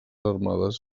armades